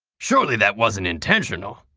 surely that wasn't intentional.